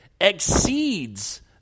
exceeds